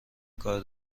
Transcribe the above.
کار